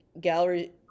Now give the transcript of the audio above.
gallery